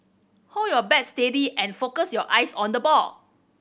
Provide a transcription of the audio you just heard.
hold your bat steady and focus your eyes on the ball